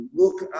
look